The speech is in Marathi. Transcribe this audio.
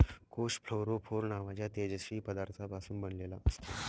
कोष फ्लोरोफोर नावाच्या तेजस्वी पदार्थापासून बनलेला असतो